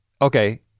okay